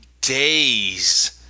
days